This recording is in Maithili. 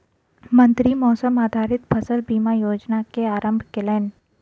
मंत्री मौसम आधारित फसल बीमा योजना के आरम्भ केलैन